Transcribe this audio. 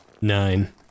Nine